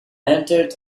entered